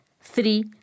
three